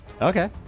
okay